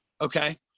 Okay